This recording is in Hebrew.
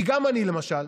גם אני, למשל,